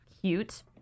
Cute